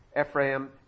Ephraim